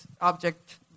object